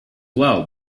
well